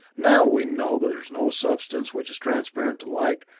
now we know that there is no substance which is transparent to light,